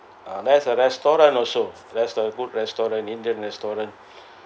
uh there's a restaurant also there's a good restaurant indian restaurant